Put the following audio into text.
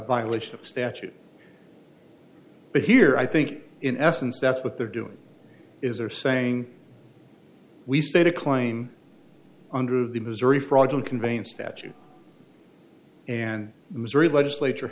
violation of statute but here i think in essence that's what they're doing is they're saying we set a claim under the missouri fraudulent conveyance statute and missouri legislature